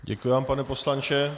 Děkuji vám, pane poslanče.